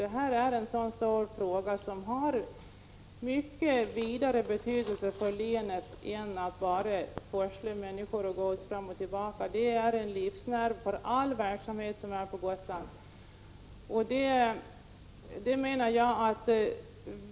Det här är en stor fråga, som har mycket större betydelse för länet än vad som anges av att bolaget i fråga forslar människor och gods fram och tillbaka. Gotlandstra 173 fiken är en livsnerv för all verksamhet på Gotland.